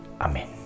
Amen